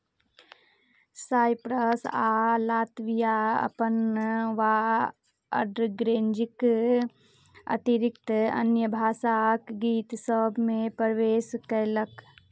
cypress आ Latvia अपन वा अङ्ग्रेजीक अतिरिक्त अन्य भाषाक गीत सभमे प्रवेश कयलक